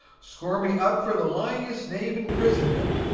score me up for the lyingest knave in christendom.